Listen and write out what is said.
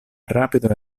rapido